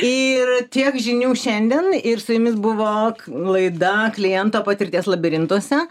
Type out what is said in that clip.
ir tiek žinių šiandien ir su jumis buvo laida kliento patirties labirintuose